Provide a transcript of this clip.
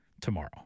tomorrow